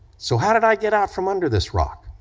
so how did i get out from under this rock?